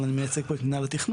אבל אני מייצג פה את מנהל התכנון.